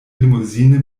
limousine